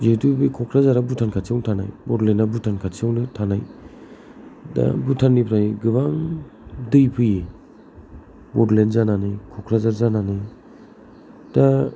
जिहेथु बे कक्राझारआ भुटान खाथियाव थानाय बड'लेण्डआ भुटान खाथियाव थानाय दा भुटाननिफ्राय गोबां दै फैयो बड'लेण्ड जानानै क'क्राझार जानानै दा